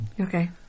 Okay